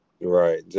right